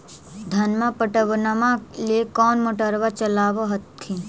धनमा पटबनमा ले कौन मोटरबा चलाबा हखिन?